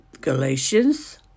Galatians